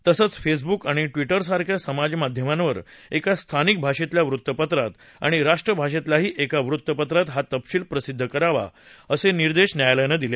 तसंच फेसबुक आणि ट्विटरसारख्या समाजमाध्यमांवर एका स्थानिक भाषेतल्या वृत्तपत्रात आणि राष्ट्रभाषेतल्याही एका वृत्त पत्रात हा तपशील प्रसिद्ध करावा असे निर्देश न्यायालयानं दिले